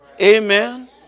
amen